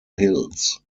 hills